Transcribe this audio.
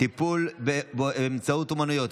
טיפול באמצעות אומנויות),